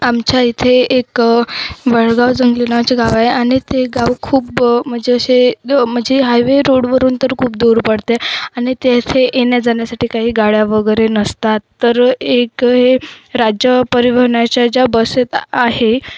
आमच्या इथे एक वळगाव जंगली नावाचे गाव आहे आणि ते गाव खूप म्हणजे अशे म्हणजे हायवे रोडवरून तर खूप दूर पडते आणि तेथे येण्याजाण्यासाठी काही गाड्या वगैरे नसतात तर एक हे राज्य परिवहनाच्या ज्या बसेत आहे